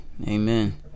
Amen